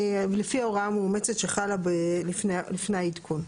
לפי ההוראה המאומצת שחלה לפני העדכון.